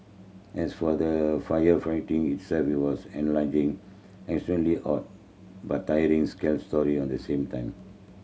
as for the firefighting itself it was exhilarating extremely hot but tiring scary sorry at the same time